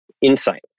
insight